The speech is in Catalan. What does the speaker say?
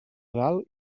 dalt